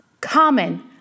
common